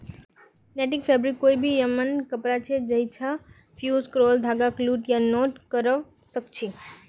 netting fabric कोई भी यममन कपड़ा छ जैइछा फ़्यूज़ क्राल धागाक लूप या नॉट करव सक छी